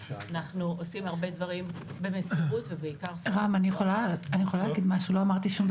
אנחנו עושים הרבה דברים במסירות ובעיקר --- אני יכולה להגיד משהו?